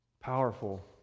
Powerful